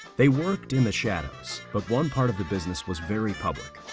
they worked in the shadows, but one part of the business was very public,